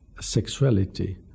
sexuality